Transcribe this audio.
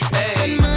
Hey